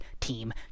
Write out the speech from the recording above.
Team